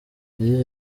yagize